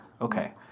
Okay